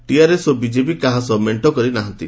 TRS ଓ BJP କାହା ସହ ମେଣ୍ଟ କରି ନାହାନ୍ତି